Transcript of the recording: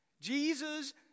Jesus